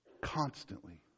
Constantly